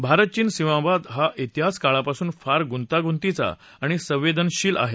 भारत चीन सीमावाद हा शिहास काळापासून फार गुंतागुंतीचा आणि संवेदनशील आहे